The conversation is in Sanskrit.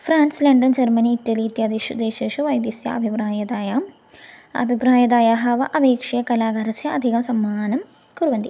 फ़्रान्स् लण्डन् झर्मनि इट्टलि इत्यादिषु देशेषु वैद्यस्य अभिप्रायम् अभिप्रायतायाः वा अपेक्षया कलाकारस्य अधिकं सम्मानं कुर्वन्ति